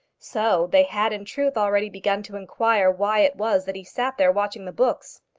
so they had in truth already begun to inquire why it was that he sat there watching the books!